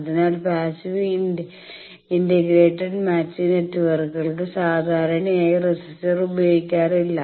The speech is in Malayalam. അതിനാൽ പാസ്സീവ് ഇന്റഗ്രേറ്റഡ് മാച്ചിംഗ് നെറ്റ്വർക്കുകൾക്ക് സാധാരണയായി റെസിസ്റ്റർ ഉപയോഗിക്കാറില്ല